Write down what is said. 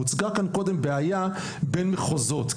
הוצגה כאן קודם בעיה בין מחוזות,